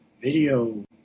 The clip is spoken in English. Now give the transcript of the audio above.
video